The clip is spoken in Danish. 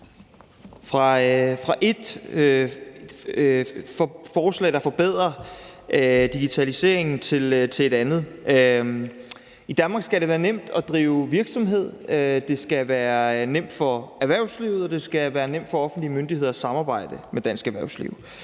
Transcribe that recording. fra et forslag, der forbedrer digitaliseringen, til et andet. I Danmark skal det være nemt at drive virksomhed, det skal være nemt for erhvervslivet, og det skal være nemt for offentlige myndigheder at samarbejde med dansk erhvervsliv.